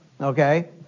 Okay